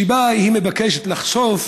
שבה היא מבקשת לחשוף